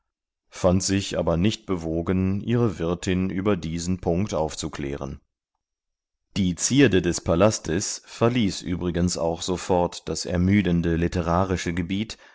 fand sich aber nicht bewogen ihre wirtin über diesen punkt aufzuklären die zierde des palastes verließ übrigens auch sofort das ermüdende literarische gebiet